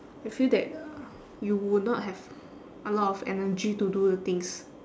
I feel that uh you would not have a lot of energy to do the things